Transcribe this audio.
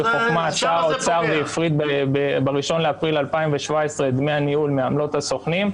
בחוכמה עשה האוצר והפריד ב-1 באפריל 2017 את דמי הניהול מעמלות הסוכנים,